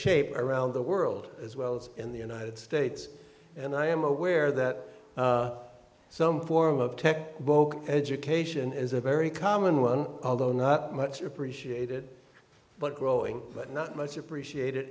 shape around the world as well as in the united states and i am aware that some form of tech book education is a very common one although not much appreciated but growing but not much appreciated i